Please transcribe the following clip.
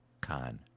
Khan